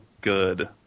good